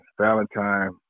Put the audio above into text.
Valentine